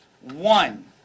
One